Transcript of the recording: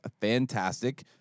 fantastic